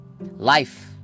Life